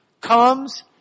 comes